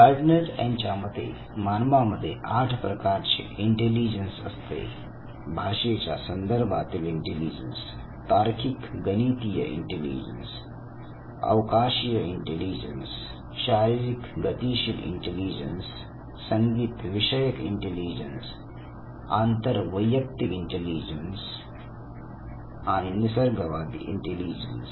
gardener यांच्या मते मानवामध्ये आठ प्रकारचे इंटेलिजन्स असते भाषेच्या संदर्भातील इंटेलिजन्स तार्किक गणितीय इंटेलिजन्स अवकाशीय इंटेलिजन्स शारीरिक गतिशील इंटेलिजन्स संगीत विषयक इंटेलिजन्स आंतरवैयक्तिक इंटेलिजन्स आली निसर्गवादी इंटेलिजन्स